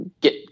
get